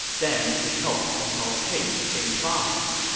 then we help cao cao take jing province.